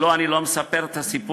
לא, אני לא מספר את הסיפור.